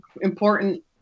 important